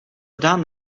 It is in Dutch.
gedaan